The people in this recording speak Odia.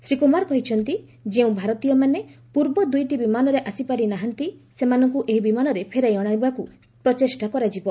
ଶ୍ରୀ କୁମାର କହିଛନ୍ତି ଯେଉଁ ଭାରତୀୟମାନେ ପୂର୍ବ ଦୁଇଟି ବିମାନରେ ଆସିପାରି ନାହାନ୍ତି ସେମାନଙ୍କୁ ଏହି ବିମାନରେ ଫେରାଇ ଅଣାଯିବାକୁ ପ୍ରଚେଷ୍ଟା କରାଯିବ